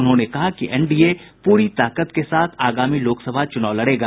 उन्होंने कहा कि एनडीए पूरी ताकत के साथ आगामी लोकसभा चुनाव लड़ेगा